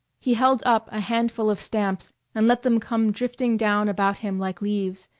he held up a handful of stamps and let them come drifting down about him like leaves,